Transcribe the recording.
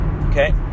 Okay